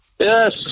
Yes